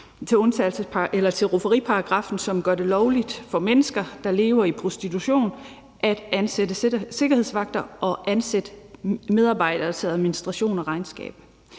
til rufferiparagraffen, som gør det lovligt for mennesker, der lever i prostitution, at ansætte sikkerhedsvagter og ansætte medarbejdere til administration og regnskab.